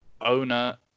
owner